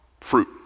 fruit